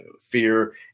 fear